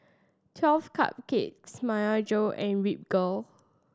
Twelve Cupcakes Myojo and Ripcurl